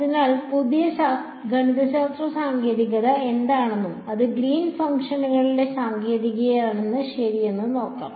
അതിനാൽ പുതിയ ഗണിതശാസ്ത്ര സാങ്കേതികത എന്താണെന്നും അതാണ് ഗ്രീൻ ഫംഗ്ഷനുകളുടെ സാങ്കേതികത ശരിയെന്നും നോക്കാം